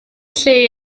lle